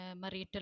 marital